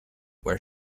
where